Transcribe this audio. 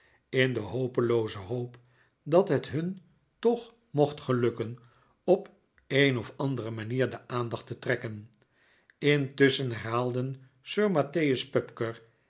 in de hopelooze hoop dat het hun toch mocht gelukken op de een of andere manier de aandacht te trekken intusschen herhaalden